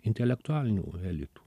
intelektualinių elitų